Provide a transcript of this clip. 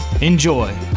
Enjoy